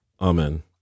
Amen